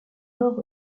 alors